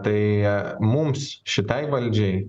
tai mums šitai valdžiai